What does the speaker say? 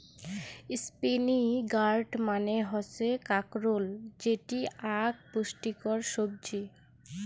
spiny gourd মানে হসে কাঁকরোল যেটি আক পুষ্টিকর সবজি